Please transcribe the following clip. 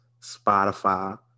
Spotify